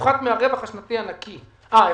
יופחת מהרווח השנתי הנקי החזר קרן מילוות".